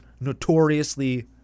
notoriously